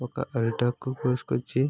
ఒక అరిటాకు కోసుకొచ్చి